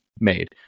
made